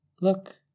look